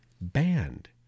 banned